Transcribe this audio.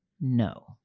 No